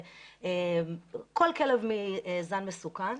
מכירת כל כלב מזן מסוכן.